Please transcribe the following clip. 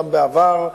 גם בעבר.